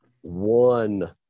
one